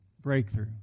Breakthrough